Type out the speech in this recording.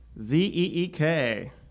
Z-E-E-K